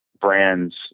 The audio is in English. brands